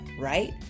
right